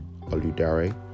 Oludare